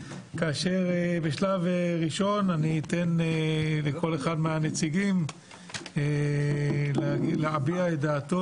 כאשר בשלב ראשון אני אתן לכל אחד מהנציגים להביע את דעתו.